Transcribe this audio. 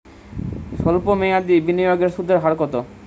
সল্প মেয়াদি বিনিয়োগের সুদের হার কত?